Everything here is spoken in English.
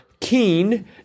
keen